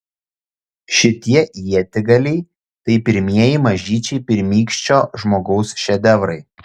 šitie ietigaliai tai pirmieji mažyčiai pirmykščio žmogaus šedevrai